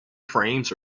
frames